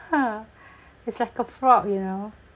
!huh! it's like a frog you know